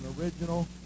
original